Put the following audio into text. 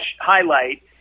highlight